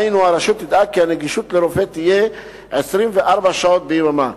היינו הרשות תדאג כי גישה לרופא תהיה 24 שעות ביממה.